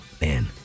man